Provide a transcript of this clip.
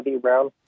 Brown